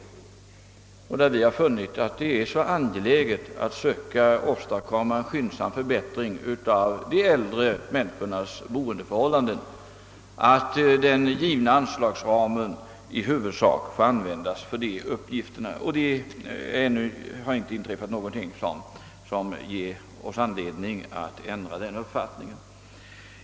Vi har därvid funnit att det är så angeläget att försöka åstadkomma en skyndsam förbättring av de äldre människornas boendeförhållanden, att den givna anslagsramen i huvudsak bör användas för denna uppgift, och det har inte inträffat något som har givit oss anledning att ändra uppfattning.